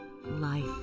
Life